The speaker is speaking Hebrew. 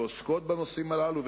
שעוסקות בנושאים הללו.